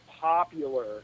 popular